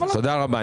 תודה רבה.